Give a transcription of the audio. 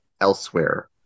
elsewhere